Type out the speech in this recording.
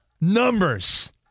numbers